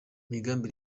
migambi